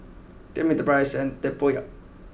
tell me the price and Tempoyak